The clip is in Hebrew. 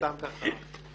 סתם ככה.